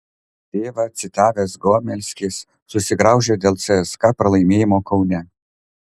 tėvą citavęs gomelskis susigraužė dėl cska pralaimėjimo kaune